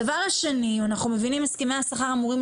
הדבר השני, אנחנו מבינים הסכמי השכר אמורים